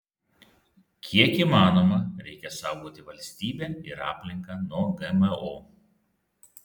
kiek įmanoma reikia saugoti valstybę ir aplinką nuo gmo